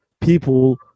people